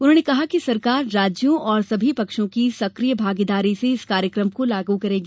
उन्होंने कहा कि सरकार राज्यों और सभी पक्षों की सक्रिय भागीदारी से इस कार्यक्रम को लागू करेगी